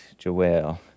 Joelle